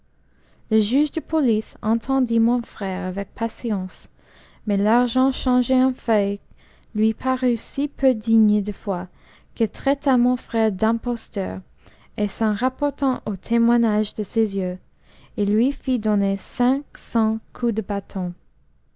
le juge de police entendit mon n'ère avec patience mais l'argent changé en feuilles lui parut si peu digne de foi qu'il traita mon frère d'imposteur et s'en rapportant au témoignage de ses yeux il lui fit donner cinq cents coups de bâton